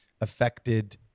affected